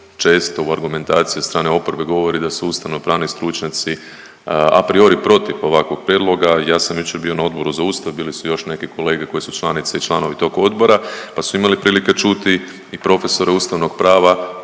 često u argumentaciji od strane oporbe govori da su ustavnopravni stručnjaci a priori protiv ovakvog prijedloga. Ja sam jučer bio na Odboru za Ustav, bili su još i neki kolege koji su članice i članovi tog odbora, pa su imali prilike čuti i profesore ustavnog prava